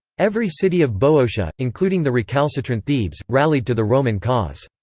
every city of boeotia, including the recalcitrant thebes, rallied to the roman cause.